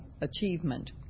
Achievement